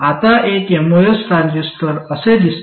आता एक MOS transistor असे दिसते